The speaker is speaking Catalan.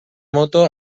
moto